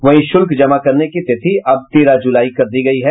वहीं श़ुल्क जमा करने की तिथि अब तेरह जुलाई कर दी गई है